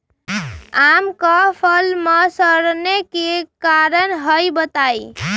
आम क फल म सरने कि कारण हई बताई?